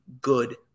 good